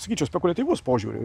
sakyčiau spekuliatyvus požiūriu